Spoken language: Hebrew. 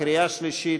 בקריאה שלישית.